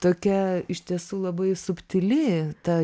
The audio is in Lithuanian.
tokia iš tiesų labai subtili ta